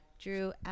Drew